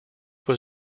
was